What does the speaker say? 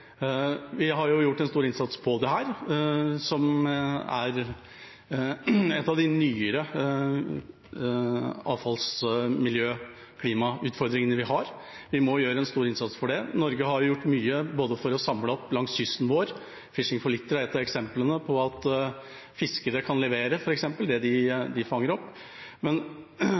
Vi har gjort en stor innsats på dette området, som er en av de nyere avfalls-, miljø- og klimautfordringene vi har. Vi må gjøre en stor innsats for det. Norge har gjort mye for å samle opp langs kysten vår – Fishing for Litter er ett eksempel, der fiskere f.eks. kan levere det de fanger opp – men